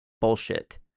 bullshit